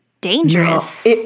dangerous